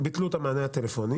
הם ביטלו את המענה הטלפוני